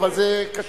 אבל זה קשה,